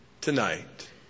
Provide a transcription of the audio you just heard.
tonight